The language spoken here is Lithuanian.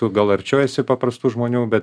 tu gal arčiau esi paprastų žmonių bet